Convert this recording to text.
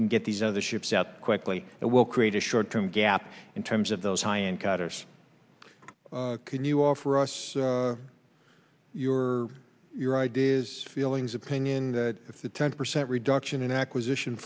can get these other ships out quickly it will create a short term gap in terms of those high end cutters can you offer us your your ideas feelings opinion that if the ten percent reduction in acquisition